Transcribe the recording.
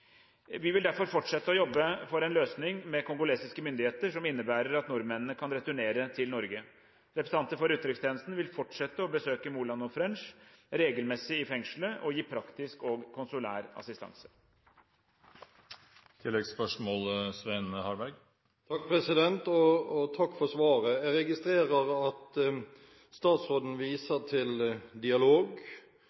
Vi vil derfor fortsette å jobbe for en løsning med kongolesiske myndigheter som innebærer at nordmennene kan returnere til Norge. Representanter for utenrikstjenesten vil fortsette med å besøke Moland og French regelmessig i fengselet, og gi praktisk og konsulær assistanse.